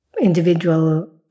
individual